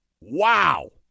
Wow